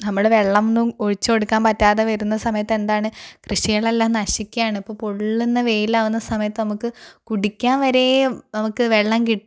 നമ്മൾ വെള്ളം ഒന്നും ഒഴിച്ചു കൊടുക്കാൻ പറ്റാതെ വരുന്ന സമയത്ത് എന്താണ് കൃഷികളെല്ലാം നശിക്കാണ് ഇപ്പോൾ പൊള്ളുന്ന വെയിലാവുന്ന സമയത്ത് നമുക്ക് കുടിക്കാൻ വരെ നമുക്ക് വെള്ളം